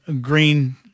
green